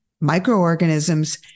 microorganisms